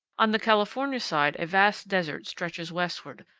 on the california side a vast desert stretches westward,